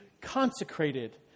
consecrated